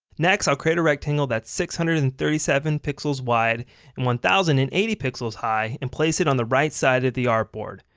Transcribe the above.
next, i'll create a rectangle that's six hundred and thirty seven pixels wide and one thousand and eighty pixels high and place it on the right side of the artboard.